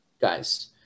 guys